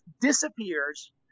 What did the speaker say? disappears